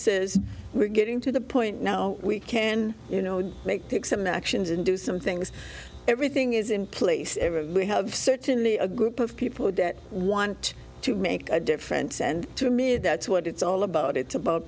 says we're getting to the point now we can you know make take some actions and do some things everything is in place we have certainly a group of people that want to make a difference and to me that's what it's all about it's about